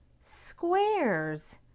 squares